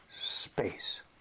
space